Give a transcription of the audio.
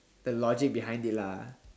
the logic behind it lah